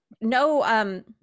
no